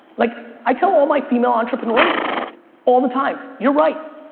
like i tell all my female entrepreneurs all the time you're right.